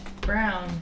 brown